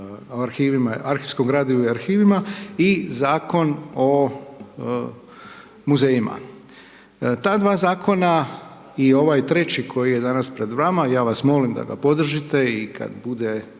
Zakon o arhivskom gradivu i arhivima i Zakon o muzejima. Ta dva zakona i ovaj treći koji je danas pred vama, ja vas da ga podržite i kada bude